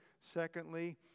Secondly